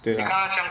对啦